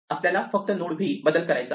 आपल्याला फक्त node v बदल करायचा आहे